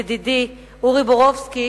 ידידי אורי בורובסקי,